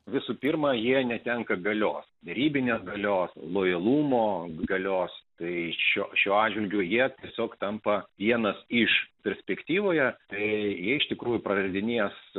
visų pirma jie netenka galios ribinio galios lojalumo galios tai šiuo šiuo atžvilgiu jie tiesiog tampa vienas iš perspektyvoje tai iš tikrųjų praleidinės